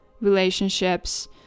relationships